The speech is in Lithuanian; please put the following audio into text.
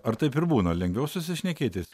ar taip ir būna lengviau susišnekėti